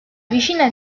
vicina